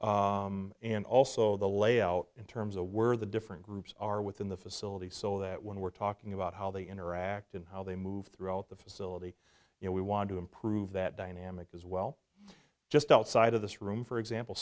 and also the layout in terms of where the different groups are within the facility so that when we're talking about how they interact and how they move throughout the facility you know we want to improve that dynamic as well just outside of this room for example